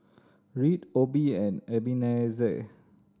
Reed Obie and Ebenezer